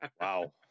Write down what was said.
wow